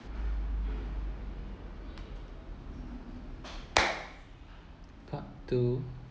part two